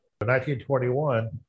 1921